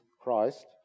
Christ